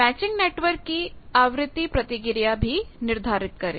matching network की आवृत्ति प्रतिक्रिया भी निर्धारित करें